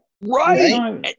Right